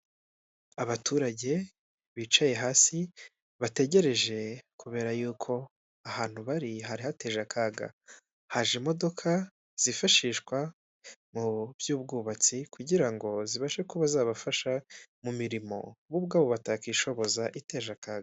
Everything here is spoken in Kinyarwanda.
Abaturage bicaye hasi bategereje kubera yuko ahantu bari hari hateje akaga haje imodoka zifashishwa mu by'ubwubatsi kugira ngo zibashe kuba zabafasha mu mirimo bo ubwabo batakishoboza iteje akaga.